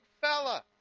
fella